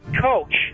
coach